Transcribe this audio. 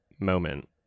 moment